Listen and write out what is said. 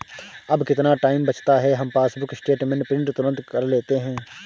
अब कितना टाइम बचता है, हम पासबुक स्टेटमेंट प्रिंट तुरंत कर लेते हैं